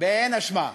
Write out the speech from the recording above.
באין אשמה,